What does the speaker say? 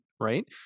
right